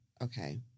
Okay